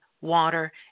water